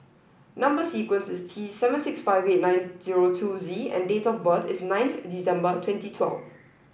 number sequence is T seven six five eight nine zero two Z and date of birth is ninth December twenty twelve